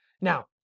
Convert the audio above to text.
Now